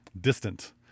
distant